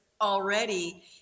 already